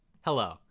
hello